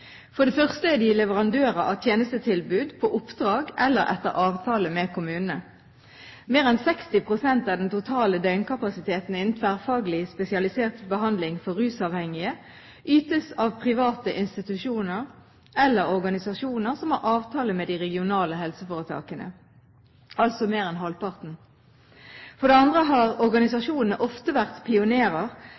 For det første er de leverandører av tjenestetilbud på oppdrag eller etter avtale med kommunene. Mer enn 60 pst. av den totale døgnkapasiteten innen tverrfaglig spesialisert behandling for rusmiddelavhengige ytes av private institusjoner eller organisasjoner som har avtale med de regionale helseforetakene, altså mer enn halvparten. For det andre har organisasjonene ofte vært pionerer,